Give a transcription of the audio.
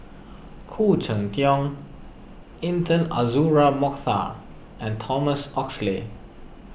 Khoo Cheng Tiong Intan Azura Mokhtar and Thomas Oxley